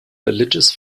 religious